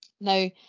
Now